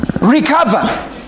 recover